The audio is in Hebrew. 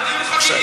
למה אתם מפריעים?